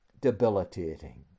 debilitating